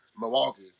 Milwaukee